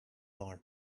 arm